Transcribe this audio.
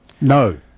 No